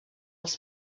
els